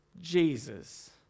Jesus